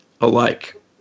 alike